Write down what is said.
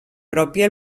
pròpia